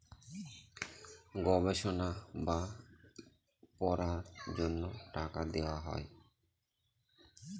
গবেষণা বা পড়ার জন্য টাকা দেওয়া হয়